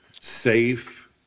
Safe